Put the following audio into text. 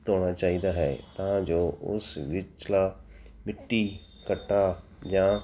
ਧੋਣਾ ਚਾਹੀਦਾ ਹੈ ਤਾਂ ਜੋ ਉਸ ਵਿਚਲਾ ਮਿੱਟੀ ਘੱਟਾ ਜਾਂ